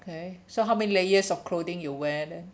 okay so how many layers of clothing you wear there